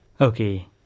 Okay